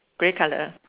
grey colour